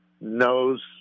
knows